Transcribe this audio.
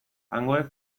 hangoek